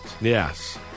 Yes